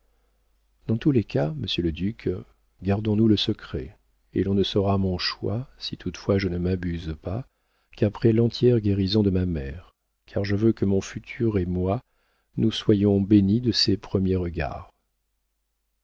dans tous les cas monsieur le duc gardons-nous le secret l'on ne saura mon choix si toutefois je ne m'abuse pas qu'après l'entière guérison de ma mère car je veux que mon futur et moi nous soyons bénis de ses premiers regards